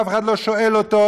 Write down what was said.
ואף אחד לא שואל אותו,